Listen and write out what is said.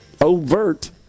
overt